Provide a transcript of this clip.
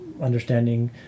understanding